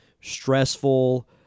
stressful